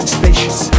spacious